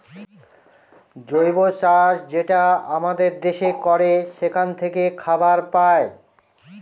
জৈব চাষ যেটা আমাদের দেশে করে সেখান থাকে খাবার পায়